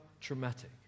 traumatic